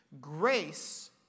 Grace